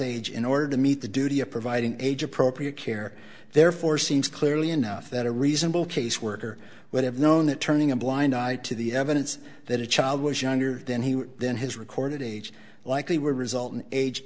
age in order to meet the duty of providing age appropriate care therefore seems clearly enough that a reasonable caseworker would have known that turning a blind eye to the evidence that a child was younger than he was then his recorded age likely result in age